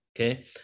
Okay